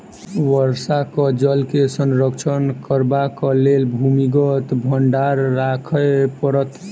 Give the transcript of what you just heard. वर्षाक जल के संरक्षण करबाक लेल भूमिगत भंडार राखय पड़त